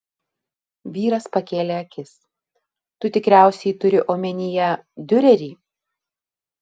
vyras pakėlė akis tu tikriausiai turi omenyje diurerį